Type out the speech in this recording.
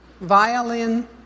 violin